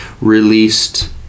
released